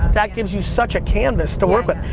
that gives you such a canvas to work but